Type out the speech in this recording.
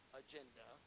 agenda